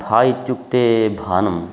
भा इत्युक्ते भानं